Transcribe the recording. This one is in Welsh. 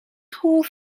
hoff